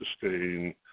sustain